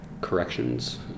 corrections